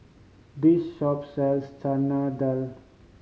this shop sells Chana Dal